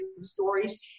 stories